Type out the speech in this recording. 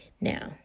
Now